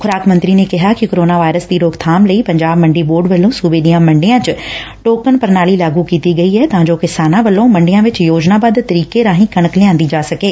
ਖੁਰਾਕ ਮੰਤਰੀ ਨੇ ਕਿਹਾ ਕਿ ਕੋਰੋਨਾ ਵਾਇਰਸ ਦੀ ਰੋਕਬਾਮ ਲਈ ਪੰਜਾਬ ਮੰਡੀ ਬੋਰਡ ਵੱਲੋਂ ਸੂਬੇ ਦੀਆਂ ਮੰਡੀਆਂ ਵਿਚ ਟੋਕਨ ਪ੍ਰਣਾਲੀ ਲਾਗੁ ਕੀਤੀ ਗਈ ਐ ਤਾਂ ਜੋ ਕਿਸਾਨਾਂ ਵੱਲੋਂ ਮੰਡੀਆਂ ਵਿਚ ਯੋਜਨਾਬੱਧ ਤਰੀਕੇ ਰਾਹੀ ਕਣਕ ਲਿਆਂਦੀ ਜਾ ਸਕੇ